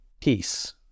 peace